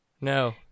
No